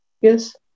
yes